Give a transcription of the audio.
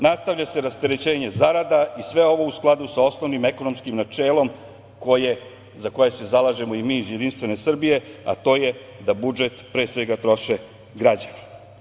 Nastavlja se rasterećenje zarada i sve ovo u skladu sa osnovnim ekonomskim načelom za koje se zalažemo i mi iz JS, a to je da budžet pre svega troše građani.